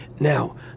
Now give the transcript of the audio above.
Now